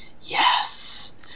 Yes